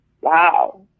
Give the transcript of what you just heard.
wow